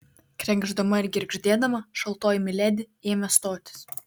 krenkšdama ir girgždėdama šaltoji miledi ėmė stotis